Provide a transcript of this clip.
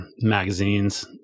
magazines